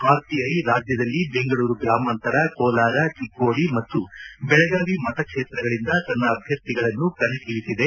R PI ರಾಜ್ಯದಲ್ಲಿ ಬೆಂಗಳೂರು ಗ್ರಾಮಾಂತರ ಕೋಲಾರ ಚಿಕ್ಕೋಡಿ ಮತ್ತು ಬೆಳಗಾವಿ ಮತಕ್ಷೇತ್ರಗಳಿಂದ ತನ್ನ ಅಭ್ಯರ್ಥಿಗಳನ್ನು ಕಣಕ್ಕಿಳಿಸಿದೆ